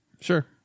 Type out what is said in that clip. Sure